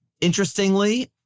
interestingly